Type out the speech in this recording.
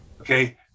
okay